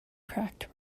cracked